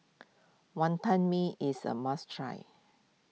Wantan Mee is a must try